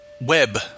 web